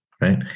right